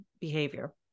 behavior